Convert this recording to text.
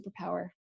superpower